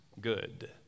good